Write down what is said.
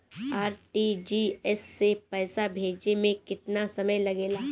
RTGS से पैसा भेजे में केतना समय लगे ला?